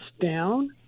down